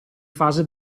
fase